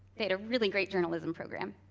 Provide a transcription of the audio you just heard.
they had a really great journalism program.